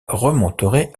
remonterait